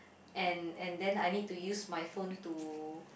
and and then I need to use my phone to